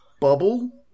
bubble